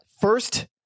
first